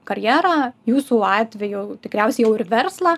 karjerą jūsų atveju tikriausiai jau ir verslą